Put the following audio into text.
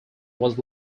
was